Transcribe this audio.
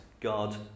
God